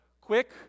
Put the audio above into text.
quick